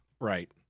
Right